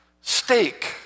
steak